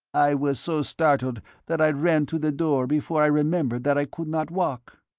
i was so startled that i ran to the door before i remembered that i could not walk.